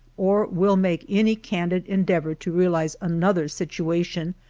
or will make any candid endeavor to realize another's situation,